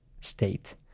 state